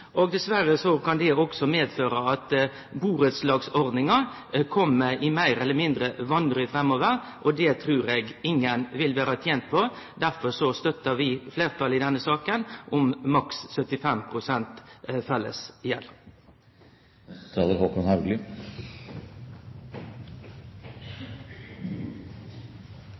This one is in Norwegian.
konkursar. Dessverre kan det også føre til at burettslagsordninga meir eller mindre kjem i vanry framover. Det trur eg ingen vil vere tente med. Derfor støttar vi fleirtalet i denne saka når det gjeld maks